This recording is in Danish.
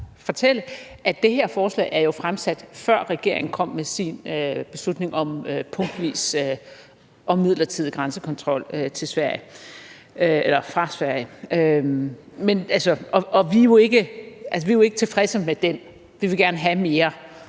at det her forslag jo er fremsat, før regeringen kom med sin beslutning om punktvis og midlertidig grænsekontrol fra Sverige. Og vi er jo ikke tilfredse med det – vi vil gerne have mere.